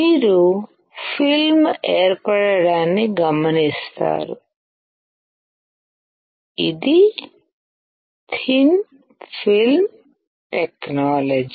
మీరు ఫిల్మ్ ఏర్పడడాన్ని గమనిస్తారుఇది థిన్ ఫిల్మ్ టెక్నాల జి